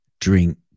drink